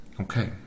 Okay